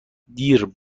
دیر